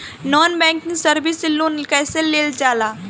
Non banking service से loan कैसे लेल जा ले?